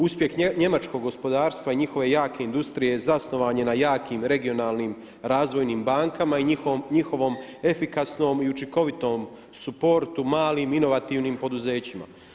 Uspjeh njemačkog gospodarstva i njihove jake industrije zasnovan je na jakim, regionalnim razvojnim bankama i njihovom efikasnom i učinkovitom suportu malim inovativnim poduzećima.